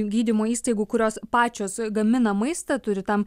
gydymo įstaigų kurios pačios gamina maistą turi tam